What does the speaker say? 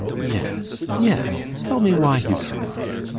yes, yes tell me why you cannot?